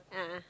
a'ah